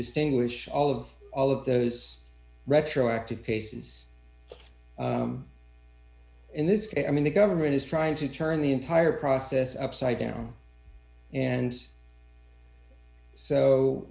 distinguish all of all of those retroactive cases in this case i mean the government is trying to turn the entire process upside down and so